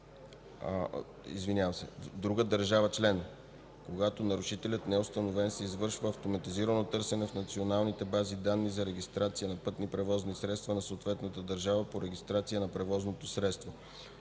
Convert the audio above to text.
в друга държава член, когато нарушителят не е установен, се извършва автоматизирано търсене в националните бази данни за регистрация на пътни превозни средства на съответната държава по регистрация на превозното средство.”м